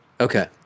Okay